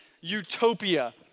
utopia